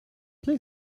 play